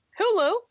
Hulu